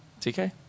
TK